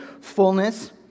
fullness